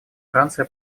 франция